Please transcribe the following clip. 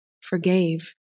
forgave